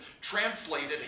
translated